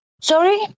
Sorry